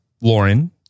Lauren